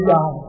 God